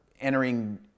entering